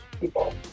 people